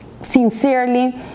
sincerely